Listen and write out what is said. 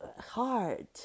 hard